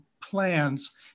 plans